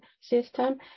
system